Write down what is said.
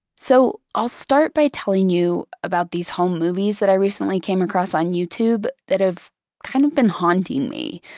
so i'll start by telling you about these home movies that i recently came across on youtube that have kind of been haunting me.